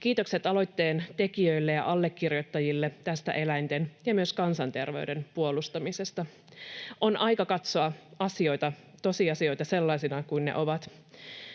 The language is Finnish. Kiitokset aloitteen tekijöille ja allekirjoittajille tästä eläinten ja myös kansanterveyden puolustamisesta. On aika katsoa tosiasioita sellaisina kuin ne ovat.